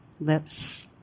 lips